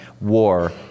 war